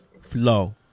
flow